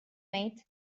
mate